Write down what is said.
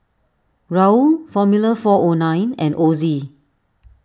Raoul formula four O nine and Ozi